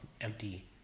empty